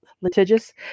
litigious